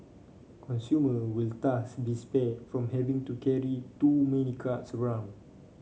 consumer will thus be spared from having to carry too many cards around